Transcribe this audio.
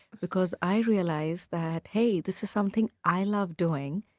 because i realized that, hey, this is something i love doing,